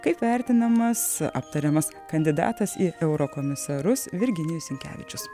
kaip vertinamas aptariamas kandidatas į eurokomisarus virginijus sinkevičius